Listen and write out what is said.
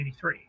1983